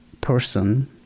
person